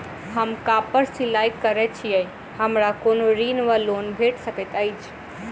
हम कापड़ सिलाई करै छीयै हमरा कोनो ऋण वा लोन भेट सकैत अछि?